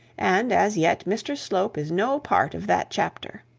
and, as yet, mr slope is no part of that chapter.